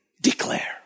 declare